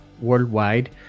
worldwide